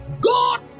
God